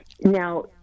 Now